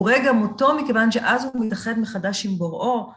הוא רואה גם אותו מכיוון שאז הוא מתאחד מחדש עם בוראו.